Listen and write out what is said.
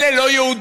אלה לא יהודים,